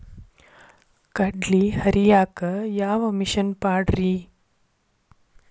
ಕಡ್ಲಿ ಹರಿಯಾಕ ಯಾವ ಮಿಷನ್ ಪಾಡ್ರೇ?